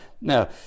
now